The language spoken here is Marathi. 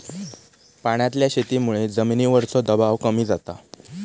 पाण्यातल्या शेतीमुळे जमिनीवरचो दबाव कमी जाता